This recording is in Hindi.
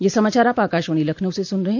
ब्रे क यह समाचार आप आकाशवाणी लखनऊ से सुन रहे हैं